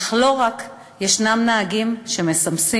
אך לא רק: ישנם נהגים שמסמסים,